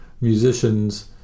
musicians